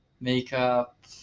makeup